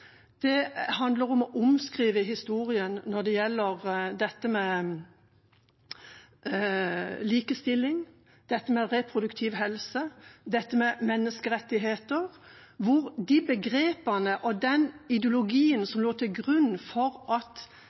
Det handler om å omskrive historien når det gjelder likestilling, reproduktiv helse, menneskerettigheter, hvor de begrepene og den ideologien som lå til grunn for